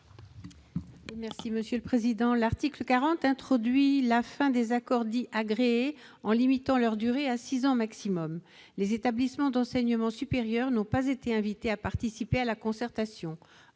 n° 414 rectifié . L'article 40 prévoit la fin des accords dits « agréés », en limitant leur durée à six ans maximum. Les établissements d'enseignement supérieur n'ont pas été invités à participer à la concertation